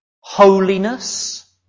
holiness